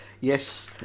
Yes